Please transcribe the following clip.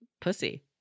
pussy